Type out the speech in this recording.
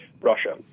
Russia